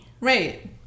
right